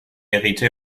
hérité